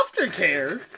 aftercare